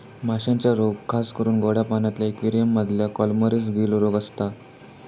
माश्यांचे रोग खासकरून गोड्या पाण्यातल्या इक्वेरियम मधल्या कॉलमरीस, गील रोग असता